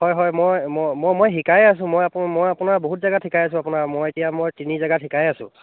হয় হয় মই মই মই মই শিকাই আছোঁ মই আপ মই আপোনাৰ বহুত জেগাত শিকাই আছো আপোনাৰ মই এতিয়া মই তিনি জেগাত শিকাই আছোঁ